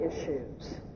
issues